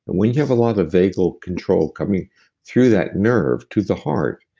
and when you have a lot of vagal control coming through that nerve to the heart,